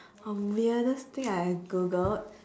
the weirdest thing I have googled